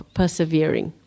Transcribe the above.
persevering